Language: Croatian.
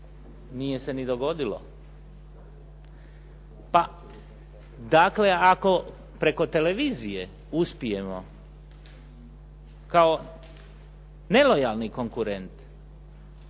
nije se ni dogodilo. Pa dakle, ako preko televizije uspijemo kao nelojalni konkurent,